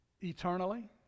eternally